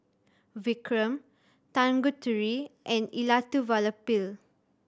Vikram Tanguturi and Elattuvalapil